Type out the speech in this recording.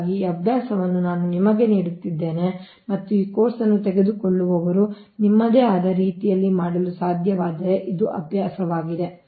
ಹಾಗಾಗಿ ಈ ಅಭ್ಯಾಸವನ್ನು ನಾನು ನಿಮಗೆ ನೀಡುತ್ತಿದ್ದೇನೆ ಮತ್ತು ಈ ಕೋರ್ಸ್ ಅನ್ನು ತೆಗೆದುಕೊಳ್ಳುವವರು ನಿಮ್ಮದೇ ಆದ ರೀತಿಯಲ್ಲಿ ಮಾಡಲು ಸಾಧ್ಯವಾದರೆ ಇದು ಅಭ್ಯಾಸವಾಗಿದೆ